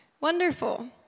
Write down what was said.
wonderful